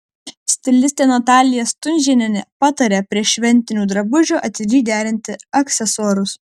stilistė natalija stunžėnienė pataria prie šventinių drabužių atidžiai derinti aksesuarus